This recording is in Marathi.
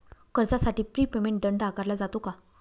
कर्जासाठी प्री पेमेंट दंड आकारला जातो का?